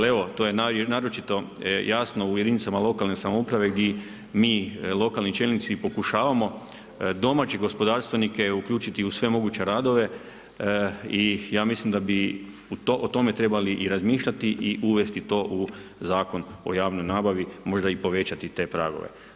To je naročito jasno u jedinicama lokalne samouprave gdje mi lokalni čelnici pokušavamo domaće gospodarstvenike uključiti u sve moguće radove i ja mislim da bi o tome trebali razmišljati i uvesti to u Zakon o javnoj nabavi, možda i povećati te pragove.